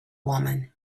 woman